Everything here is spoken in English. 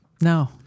No